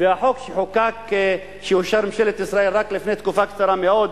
והחוק שאושר בממשלת ישראל רק לפני תקופה קצרה מאוד,